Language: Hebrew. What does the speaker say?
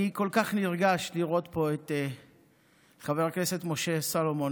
אני כל כך נרגש לראות פה את חבר הכנסת משה סולומון,